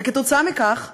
וכתוצאה מכך לנו,